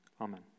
Amen